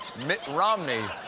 mitt romney,